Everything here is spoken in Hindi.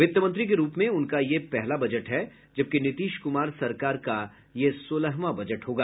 वित्त मंत्री के रूप में उनका यह पहला बजट है जबकि नीतीश कुमार सरकार का यह सोलहवां बजट होगा